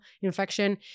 infection